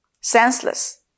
senseless